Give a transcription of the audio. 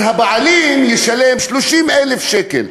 אז הבעלים ישלם 30,000 שקל.